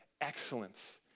excellence